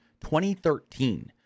2013